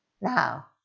Now